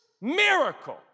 miracle